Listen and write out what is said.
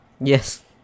yes